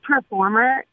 performer